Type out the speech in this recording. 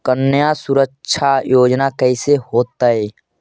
कन्या सुरक्षा योजना कैसे होतै?